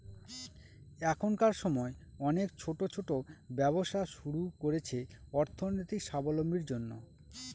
এখনকার সময় অনেকে ছোট ছোট ব্যবসা শুরু করছে অর্থনৈতিক সাবলম্বীর জন্য